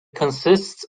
consists